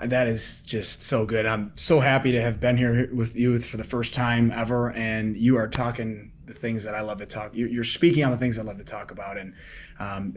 and that is just so good. i'm so happy to have been here with you for the first time ever, and you are talking the things that i love to talk. you're you're speaking on the things i love to talk about, and